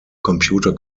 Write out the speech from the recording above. computer